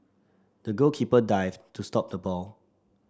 the goalkeeper dived to stop the ball